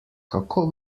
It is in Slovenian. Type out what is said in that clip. kako